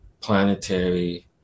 planetary